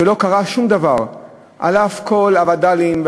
לא קרה שום דבר על אף כל הווד"לים,